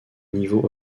niveaux